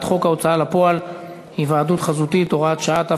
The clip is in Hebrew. חוק ההוצאה לפועל (היוועדות חזותית) (הוראת שעה),